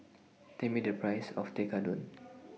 Tell Me The Price of Tekkadon